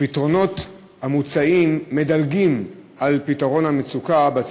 והפתרונות המוצעים מדלגים עליה.